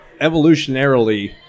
evolutionarily